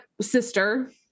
sister